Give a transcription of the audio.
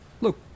look